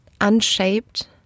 unshaped